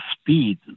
speed